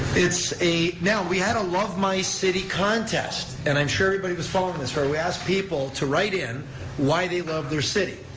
it's a, now, we had a love my city contest, and i'm sure everybody was following this where we asked people to write in why they love their city.